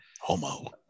homo